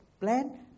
plan